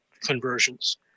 conversions